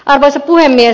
arvoisa puhemies